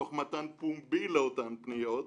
תוך מתן פומבי לאותן פניות,